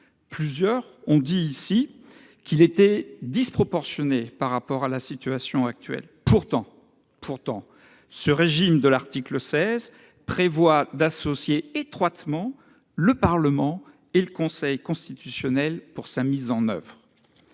orateurs ont estimé que ce dernier était disproportionné par rapport à la situation actuelle. Pourtant, l'article 16 prévoit d'associer étroitement le Parlement et le Conseil constitutionnel à la mise en oeuvre